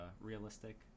realistic